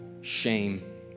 shame